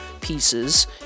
pieces